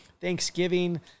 Thanksgiving